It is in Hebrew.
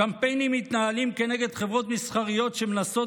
קמפיינים מתנהלים נגד חברות מסחריות שמנסות